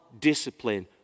discipline